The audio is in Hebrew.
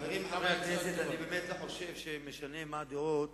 חברי חברי הכנסת, אני באמת לא חושב שמשנה מה הדעות